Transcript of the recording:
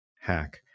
hack